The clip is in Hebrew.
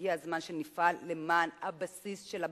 הגיע הזמן שנפעל למען הבסיס של הבסיס.